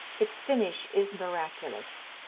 its finish is miraculous.